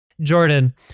Jordan